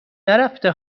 نرفته